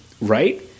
Right